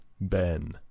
Ben